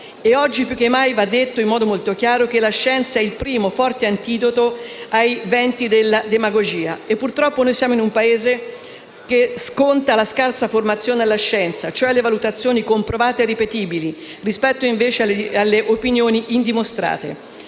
oggi più che mai va detto in modo molto chiaro che la scienza è il primo forte antidoto ai venti della demagogia. Purtroppo siamo in un Paese che sconta la scarsa formazione alla scienza, cioè alle valutazioni comprovate e ripetibili rispetto alle opinioni indimostrate